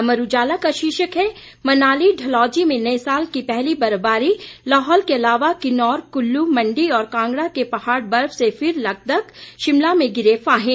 अमर उजाला का शीर्षक है मनाली डलहौली में नए साल की पहली बर्फबारी लाहौल के अलावा किन्नौर कुल्लू मंडी और कांगड़ा के पहाड़ बर्फ से फिर लकदक शिमला में गिरे फाहे